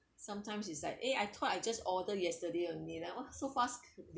sometimes is like eh I thought I just order yesterday only like !wah! so fast